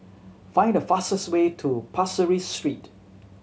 find the fastest way to Pasir Ris Street